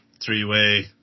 three-way